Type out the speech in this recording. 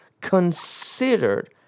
considered